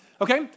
Okay